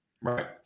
Right